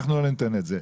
לא נאפשר את זה,